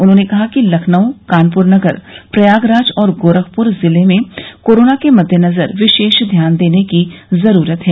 उन्होंने कहा कि लखनऊ कानपुर नगर प्रयागराज और गोरखपुर जिले में कोरोना के मद्देनजर विशेष ध्यान देने की जरूरत है